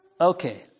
Okay